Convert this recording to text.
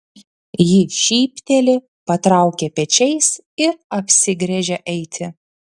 ji šypteli patraukia pečiais ir apsigręžia eiti